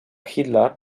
hitler